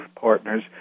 partners